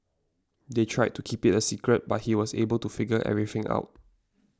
they tried to keep it a secret but he was able to figure everything out